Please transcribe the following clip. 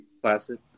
Classic